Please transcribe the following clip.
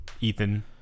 Ethan